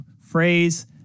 phrase